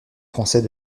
français